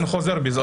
אני חוזר בי.